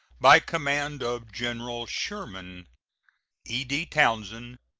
by command of general sherman e d. townsend,